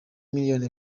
miliyoni